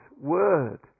word